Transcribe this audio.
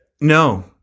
No